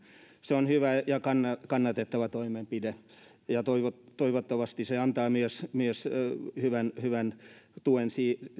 se on hyvä ja ja kannatettava toimenpide ja toivottavasti se antaa myös myös hyvän hyvän tuen